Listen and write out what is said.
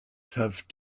have